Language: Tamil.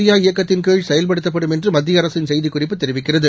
இந்தியா இயக்கத்தின் கீழ் செயல்படுத்தப்படும் என்றுமத்தியஅரசுசெய்திக்குறிப்பு தெரிவிக்கிறது